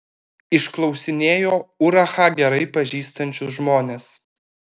išklausinėjo urachą gerai pažįstančius žmones